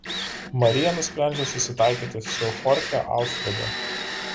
marija nusprendžia susitaikyti su chorche alfredu